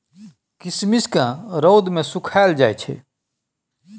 किशमिश केँ रौद मे सुखाएल जाई छै